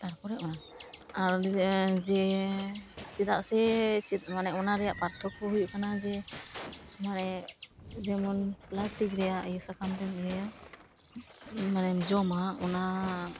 ᱛᱟᱨᱯᱚᱨᱮ ᱚᱱᱟ ᱡᱮ ᱪᱮᱫᱟᱜ ᱥᱮ ᱢᱟᱱᱮ ᱚᱱᱟ ᱨᱮᱭᱟᱜ ᱯᱟᱨᱛᱷᱚᱠ ᱦᱩᱭᱩᱜ ᱠᱟᱱᱟ ᱡᱮᱢᱟᱨᱮ ᱡᱮᱢᱚᱱ ᱯᱞᱟᱥᱴᱤᱠ ᱨᱮᱭᱟᱜ ᱤᱭᱟᱹ ᱥᱟᱠᱟᱢ ᱨᱮᱢ ᱤᱭᱟᱹ ᱢᱟᱱᱮᱢ ᱡᱚᱢᱟ ᱚᱱᱟ